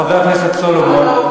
חבר הכנסת סולומון,